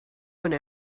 one